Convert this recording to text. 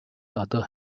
other